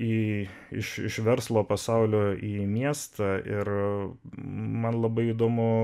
į iš iš verslo pasaulio į miestą ir man labai įdomu